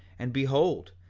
and behold,